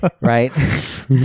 Right